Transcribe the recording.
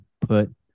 put